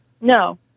No